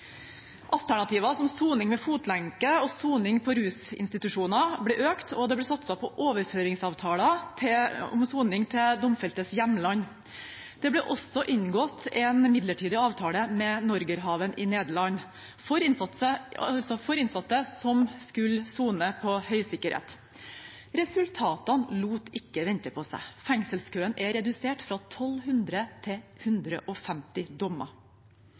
Alternativer som soning med fotlenke og soning på rusinstitusjoner ble styrket, og det ble satset på overføringsavtaler om soning i domfeltes hjemland. Det ble også inngått en midlertidig avtale med Norgerhaven i Nederland for innsatte som skulle sone på høysikkerhet. Resultatene lot ikke vente på seg. Fengselskøen er redusert fra 1 200 til 150